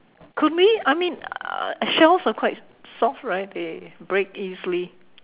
could be I mean uh shells are quite soft right they break easily